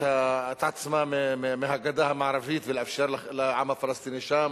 עצמה מהגדה המערבית ולאפשר לעם הפלסטיני שם